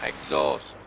Exhaust